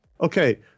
Okay